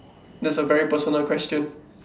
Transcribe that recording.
that's a very personal question